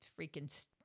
freaking –